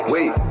Wait